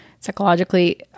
psychologically